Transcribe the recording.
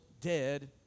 dead